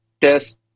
test